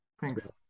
thanks